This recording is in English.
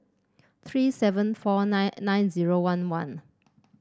three seven four nine nine zero one one